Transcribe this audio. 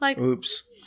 oops